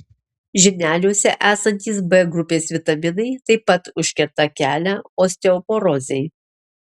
žirneliuose esantys b grupės vitaminai taip pat užkerta kelią osteoporozei